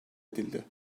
edildi